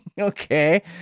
okay